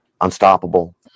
unstoppable